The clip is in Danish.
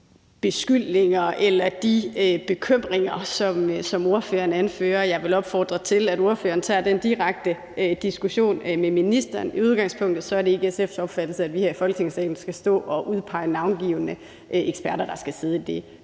beskyldninger eller de bekymringer, som ordføreren anfører, og jeg vil opfordre til, at ordføreren tager den direkte diskussion med ministeren. I udgangspunktet er det ikke SF's opfattelse, at vi her i Folketingssalen skal stå og udpege navngivne eksperter, der skal sidde i det